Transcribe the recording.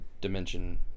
dimension